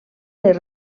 les